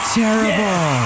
terrible